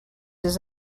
his